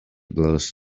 blows